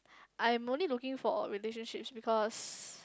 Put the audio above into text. I'm only looking for relationships because